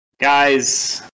Guys